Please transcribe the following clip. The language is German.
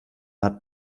hat